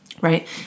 Right